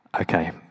Okay